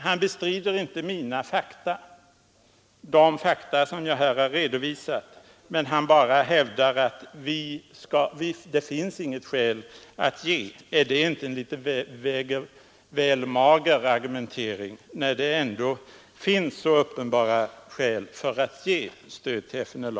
Han bestrider inte de fakta som jag har redovisat utan han bara hävdar att det inte finns något skäl att ge bidrag. Är det inte en väl mager argumentering när det ändå finns så uppenbara skäl för att ge stöd till FNLA?